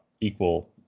equal